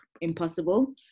impossible